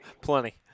Plenty